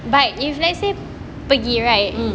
mm